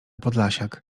podlasiak